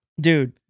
Dude